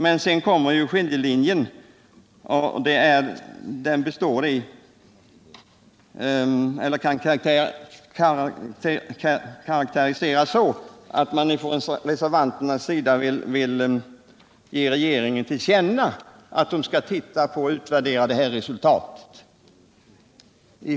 Sedan kommer skiljelinjen, och den karakteriseras av att reservanterna vill ge regeringen till känna att den skall titta på och utvärdera det här resultatet.